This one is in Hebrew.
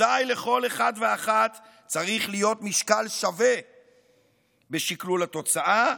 אזי לכל אחד ואחת צריך להיות משקל שווה בשקלול התוצאה,